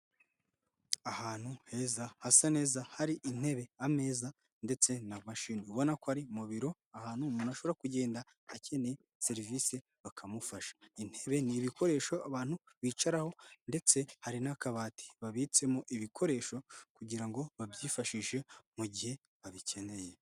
Ahantu heza, hasa neza, hari intebe, ameza ndetse na mashini, ubona ko ari mu biro, ahantu umuntu ashobora kugenda akeneye serivisi bakamufasha. Intebe ni ibikoresho abantu bicaraho ndetse hari n'akabati babitsemo ibikoresho kugira ngo babyifashishe mu gihe babikeneye.